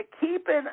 keeping